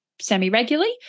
semi-regularly